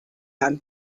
i’m